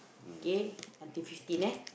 kay until fifteen eh